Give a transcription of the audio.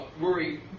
worry